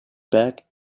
back